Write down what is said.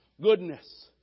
goodness